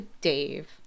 Dave